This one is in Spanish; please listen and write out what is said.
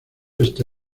este